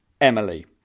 emily